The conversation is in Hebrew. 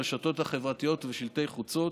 ברשתות החברתיות ובשלטי חוצות,